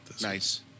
Nice